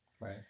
Right